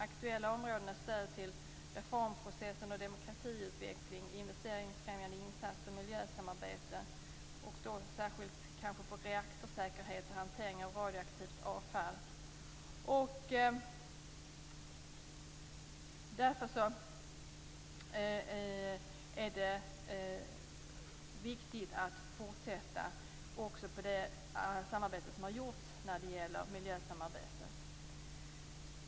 Aktuella områden är stöd till reformprocessen och demokratiutvecklingen, investeringsfrämjande insatser och miljösamarbete, särskilt när det gäller reaktorsäkerhet och hantering av radioaktivt avfall. Därför är det viktigt att det tidigare miljösamarbetet fortsätter.